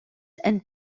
and